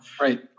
right